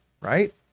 right